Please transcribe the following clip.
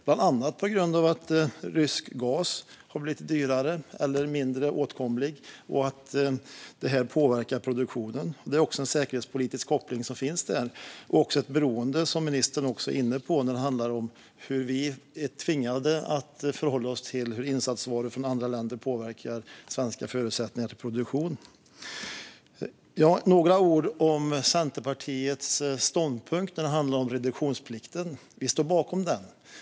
Bland annat har det att göra med att rysk gas har blivit dyrare eller mindre åtkomlig. Detta påverkar produktionen, och det är också en säkerhetspolitisk koppling som finns där. Det är ett beroende, som ministern är inne på, som tvingar oss att förhålla oss till hur insatsvaror från andra länder påverkar svenska förutsättningar för produktion. Låt mig säga några ord om Centerpartiets ståndpunkt när det gäller reduktionsplikten. Vi står bakom reduktionsplikten.